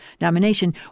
nomination